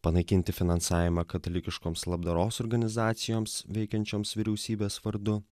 panaikinti finansavimą katalikiškoms labdaros organizacijoms veikiančioms vyriausybės vardu